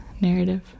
narrative